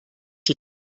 die